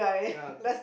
yeah